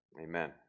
amen